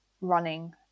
running